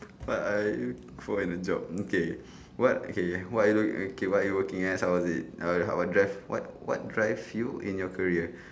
what I look for in a job okay what okay what are you do okay what are you working as how was it uh what drive what what drive you in your career